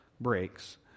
breaks